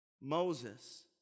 Moses